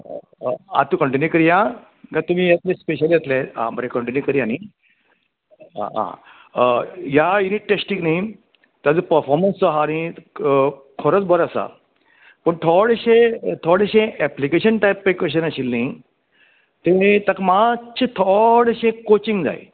आ आतां कन्टीन्हीव करयां काय तुमी येतले स्पेशल येतले आं बरें कन्टीन्हीव करयां न्ही आं आं ह्या यूनीट टेस्टीक न्ही तेजो पफाॅर्मन्स जो आसा न्ही खरोच बरो आसा पूण थोडेशें थोडेशें एप्लिकेशन टायप पय क्वेशन आशिल्लीं थंय ताका मात्शे थोडेशें काॅचिंग जाय